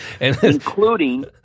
including